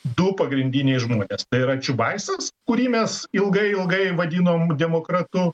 du pagrindiniai žmonės tai yra čiubaisas kurį mes ilgai ilgai vadinom demokratu